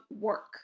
work